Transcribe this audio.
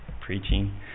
preaching